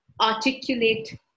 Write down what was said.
articulate